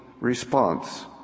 response